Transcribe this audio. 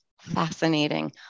fascinating